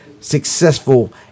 successful